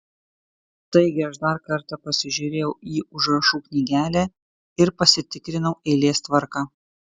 taigi aš dar kartą pasižiūrėjau į užrašų knygelę ir pasitikrinau eilės tvarką